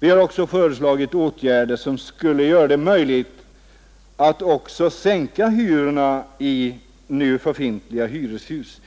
Vi har också föreslagit åtgärder som skulle göra det möjligt att sänka hyrorna i nu befintliga hyreshus,